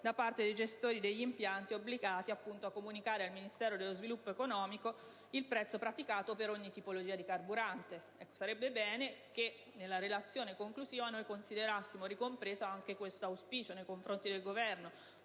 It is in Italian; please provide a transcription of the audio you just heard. da parte di gestori degli impianti, obbligati appunto a comunicare al Ministero dello sviluppo economico il prezzo praticato per ogni tipologia di carburante. Sarebbe bene che nella relazione conclusiva noi considerassimo ricompreso anche questo auspicio nei confronti del Governo: